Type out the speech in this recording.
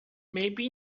maybe